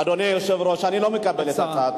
אדוני היושב-ראש, אני לא מקבל את הצעתה.